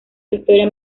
victoria